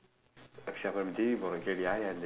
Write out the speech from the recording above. next time J_B போகலாம் யாரு தெரியுமா நானு நீ afro